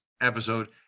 episode